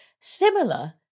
similar